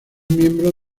miembro